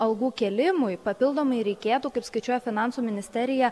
algų kėlimui papildomai reikėtų kaip skaičiuoja finansų ministerija